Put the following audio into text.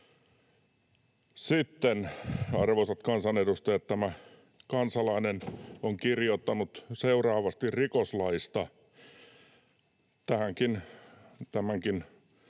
Sitten, arvoisat kansanedustajat, tämä kansalainen on kirjoittanut rikoslaista seuraavasti — tämänkin